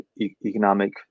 economic